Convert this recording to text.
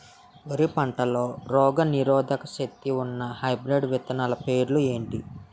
వరి పంటలో రోగనిరోదక శక్తి ఉన్న హైబ్రిడ్ విత్తనాలు పేర్లు ఏంటి?